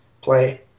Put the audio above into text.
play